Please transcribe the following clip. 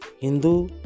Hindu